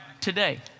today